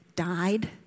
died